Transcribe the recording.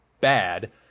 bad